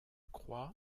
croix